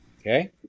okay